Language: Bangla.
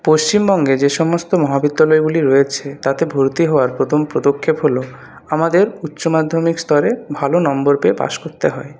পশ্চিমবঙ্গে যে সমস্ত মহাবিদ্যালয়গুলি রয়েছে তাতে ভর্তি হওয়ার প্রথম পদক্ষেপ হলো আমাদের উচ্চমাধ্যমিক স্তরে ভালো নম্বর পেয়ে পাশ করতে হয়